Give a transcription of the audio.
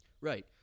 Right